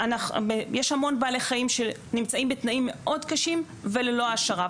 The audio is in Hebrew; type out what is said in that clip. יש המון בעלי חיים שנמצאים בתנאים מאוד קשים וללא העשרה,